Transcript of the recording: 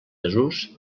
desús